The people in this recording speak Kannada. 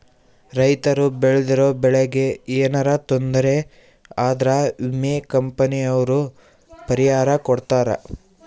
ರೈತರು ಬೆಳ್ದಿರೋ ಬೆಳೆ ಗೆ ಯೆನರ ತೊಂದರೆ ಆದ್ರ ವಿಮೆ ಕಂಪನಿ ಅವ್ರು ಪರಿಹಾರ ಕೊಡ್ತಾರ